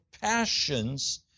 passions